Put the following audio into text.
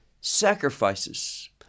sacrifices